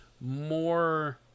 more